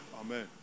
Amen